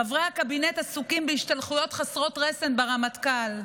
חברי הקבינט עסוקים בהשתלחויות חסרות רסן ברמטכ"ל.